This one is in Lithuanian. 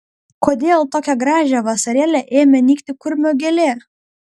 kodėl tokią gražią vasarėlę ėmė nykti kurmio gėlė